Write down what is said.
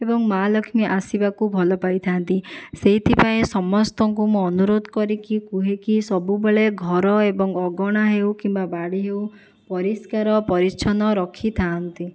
ଏବଂ ମା ଲକ୍ଷ୍ମୀ ଆସିବାକୁ ଭଲ ପାଇଥାନ୍ତି ସେହିଥିପାଇଁ ସମସ୍ତଙ୍କୁ ମୁଁ ଅନୁରୋଧ କରିକି କୁହେ କି ସବୁବେଳେ ଘର ଏବଂ ଅଗଣା ହେଉ କିମ୍ବା ବାଡ଼ି ହେଉ ପରିଷ୍କାର ପରିଚ୍ଛନ ରଖିଥାଆନ୍ତି